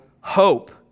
hope